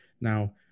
Now